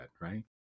right